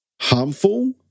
harmful